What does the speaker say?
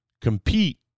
compete